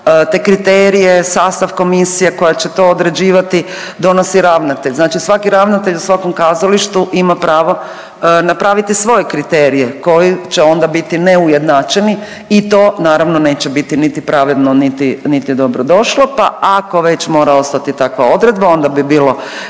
te kriterije, sastav komisije koja će to određivati donosi ravnatelj. Znači svaki ravnatelj u svakom kazalištu ima pravo napraviti svoje kriterije koji će onda biti neujednačeni i to naravno neće biti niti pravedno, niti, niti dobrodošlo, pa ako već mora ostati takva odredba onda bi bilo